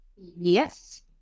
Yes